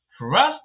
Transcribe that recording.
Trust